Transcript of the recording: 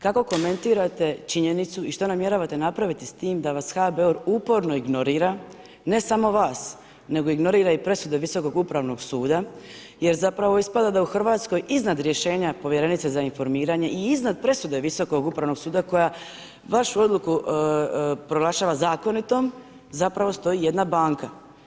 Kako komentirate činjenicu i što namjeravate napraviti s time da vas HBOR uporno ignorira, ne samo vas nego i ignorira i presude Visokog upravnog suda jer zapravo ispada da u Hrvatskoj iznad rješenja povjerenice za informiranje i iznad presude Visokog upravnog suda koja vašu odluku proglašava zakonitom zapravo stoji jedna banka.